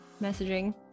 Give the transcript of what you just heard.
messaging